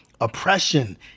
oppression